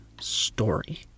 story